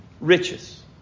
riches